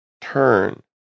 turn